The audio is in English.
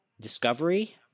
discovery